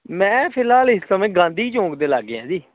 ਮੈਂ ਫਿਲਹਾਲ ਇਸ ਸਮੇਂ ਗਾਂਧੀ ਚੌਂਕ ਦੇ ਲਾਗੇ ਹਾਂ ਜੀ